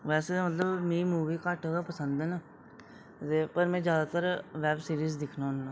बैसे मतलब मी मूबी घट्ट गै पसंद ना ते में ज्यादातर बेब सिरिज दिक्खना होना